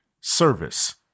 service